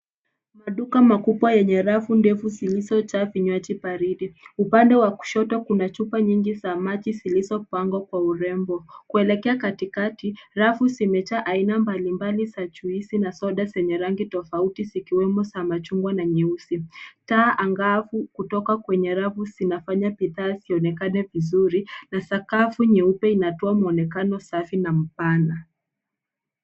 Maduka makubwa lenye rafu ndefu zilizojaa zinywaji vya baridi. Upande wa kushoto kuna chupa nyingi za maji zilizopangwa kwa urembo. Kuelekea katikati, rafu zimejaa aina mbalimbali za juisi na soda zenye rangi tofauti, zikiwemo za machungwa na nyeusi. Taa angavu kutoka kwenye rafu zinafanya bidhaa vionekane vizuri, na sakafu nyeupe inatoa muonekano safi na mpana.